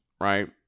right